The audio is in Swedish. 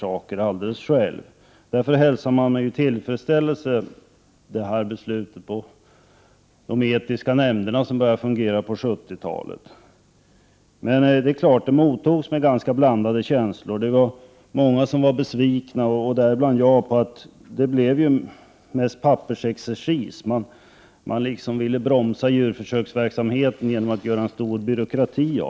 11 maj 1989 Vi hälsade med tillfredsställelse beslutet om de etiska nämnderna, som började fungera på 70-talet. Men de mottogs med blandade känslor. Många var besvikna, däribland jag, över att det blev mest pappersexercis. Man ville bromsa djurförsöksverksamheten genom att göra en stor byråkrati.